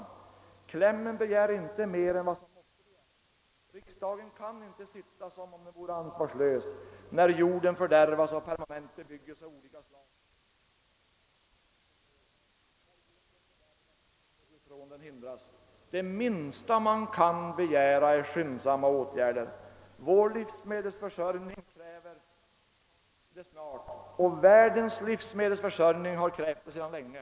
I motionernas kläm begärs inte mer än vad som måste begäras. Riksdagen får inte sitta som om den vore ansvarslös, när jorden fördärvas av permanent bebyggelse av olika slag, så att all framtida framställning av livsmedel från den hindras. Det minsta man kan begära är skyndsamma åtgärder. Vår livsmedelsförsörjning kräver det snart, och världens livsmedelsförsörjning har krävt det sedan länge.